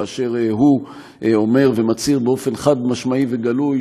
כאשר הוא אומר ומצהיר באופן חד-משמעי וגלוי